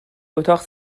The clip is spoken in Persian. اتاق